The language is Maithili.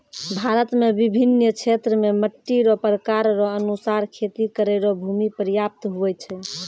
भारत मे बिभिन्न क्षेत्र मे मट्टी रो प्रकार रो अनुसार खेती करै रो भूमी प्रयाप्त हुवै छै